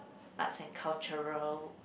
arts and cultural